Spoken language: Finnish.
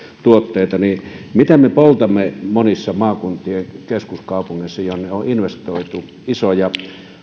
tuotteita niin mitä me poltamme monissa maakuntien keskuskaupungeissa jonne on investoitu isoja